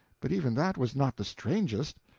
but even that was not the strangest.